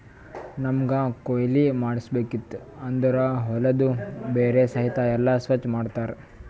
ನಮ್ಮಗ್ ಕೊಯ್ಲಿ ಮಾಡ್ಸಬೇಕಿತ್ತು ಅಂದುರ್ ಹೊಲದು ಮೊದುಲ್ ಬೆಳಿದು ಬೇರ ಸಹಿತ್ ಎಲ್ಲಾ ಸ್ವಚ್ ಮಾಡ್ತರ್